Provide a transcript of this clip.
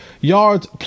yards